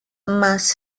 más